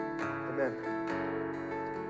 Amen